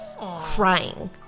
crying